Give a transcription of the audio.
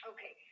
Okay